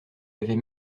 avait